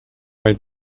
while